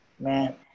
Man